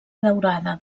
daurada